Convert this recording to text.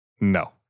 No